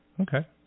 Okay